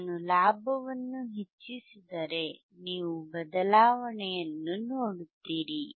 ನಾನು ಲಾಭವನ್ನು ಹೆಚ್ಚಿಸಿದರೆ ನೀವು ಬದಲಾವಣೆಯನ್ನು ನೋಡುತ್ತೀರಿ